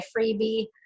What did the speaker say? freebie